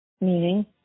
meaning